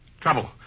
trouble